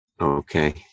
Okay